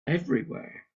everywhere